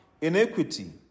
iniquity